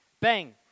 Bang